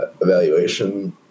evaluation